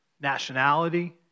nationality